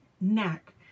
neck